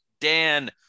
Dan